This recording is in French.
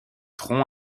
troncs